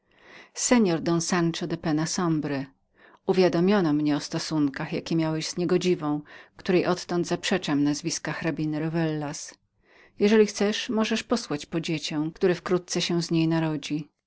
sancho de penna sombre uwiadomiono mnie o stosunkach jakie miałeś z niegodziwą której odtąd zaprzeczam nazwiska hrabiny rowellas jeżeli chcesz możesz posłać po dziecię które wkrótce się z niej narodzi